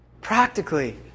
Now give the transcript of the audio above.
Practically